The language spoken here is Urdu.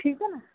ٹھیک ہے نہ